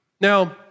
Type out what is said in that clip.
Now